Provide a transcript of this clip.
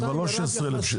זה כבר לא 16,000 דולר.